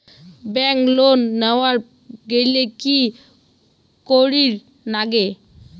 Bank loan নেওয়ার গেইলে কি করীর নাগে?